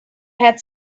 had